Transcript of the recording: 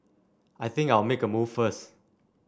I think I'll make a move first